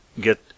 get